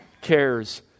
cares